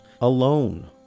alone